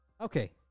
Okay